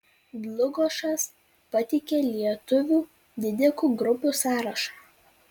dlugošas pateikia lietuvių didikų grupių sąrašą